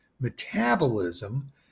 metabolism